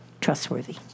trustworthy